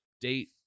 date